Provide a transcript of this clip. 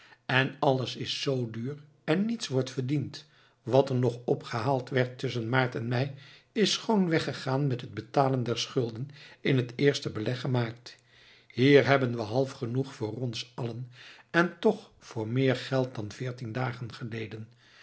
en alles is zoo duur en niets wordt verdiend wat er nog opgehaald werd tusschen maart en mei is schoon weggegaan met het betalen der schulden in het eerste beleg gemaakt hier hebben we half genoeg voor ons allen en toch voor meer geld dan veertien dagen geleden